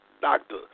Doctor